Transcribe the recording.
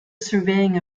surveying